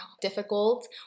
difficult